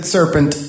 Serpent